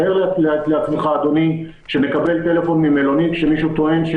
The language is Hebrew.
מה סיכמנו על האלכוהול.